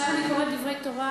עכשיו אני קוראת דברי תורה,